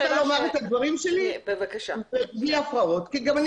אני רוצה לומר את הדברים שלי בלי הפרעה כי גם אני